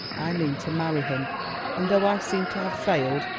i mean to marry him and though i seem to have failed,